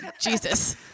Jesus